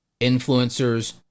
Influencers